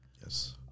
Yes